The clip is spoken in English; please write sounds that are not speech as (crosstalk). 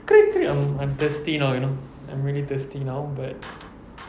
(noise) I'm I'm thirsty now you know I'm really thirsty now but